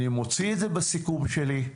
אני מוציא את זה בסיכום שלי.